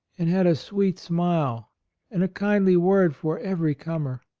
and had a sweet smile and a kindly word for every comer.